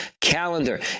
calendar